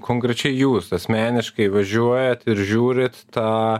konkrečiai jūs asmeniškai važiuojat ir žiūrit tą